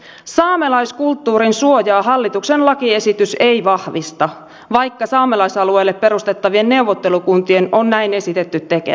saamelaiskulttuurin suojaa hallituksen lakiesitys ei vahvista vaikka saamelaisalueelle perustettavien neuvottelukuntien on näin esitetty tekevän